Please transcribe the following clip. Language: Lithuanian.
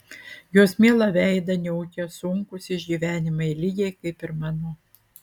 jos mielą veidą niaukia sunkūs išgyvenimai lygiai kaip ir mano